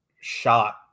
shot